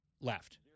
left